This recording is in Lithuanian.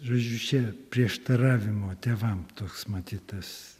žodžiu čia prieštaravimo tėvam toks matyt tas